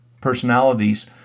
personalities